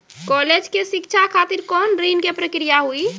College के शिक्षा खातिर कौन ऋण के प्रक्रिया हुई?